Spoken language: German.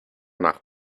nach